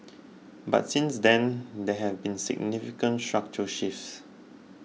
but since then there have been significant structural shifts